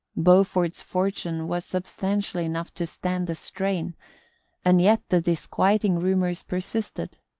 beaufort's fortune was substantial enough to stand the strain and yet the disquieting rumours persisted,